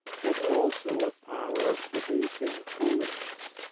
have also a power of producing holiness,